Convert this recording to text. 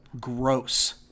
gross